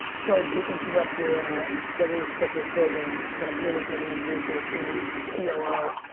sorry to interrupt your ah regularly scheduled programs, but i'm here with my man james orsini, c o